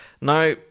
Now